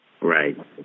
Right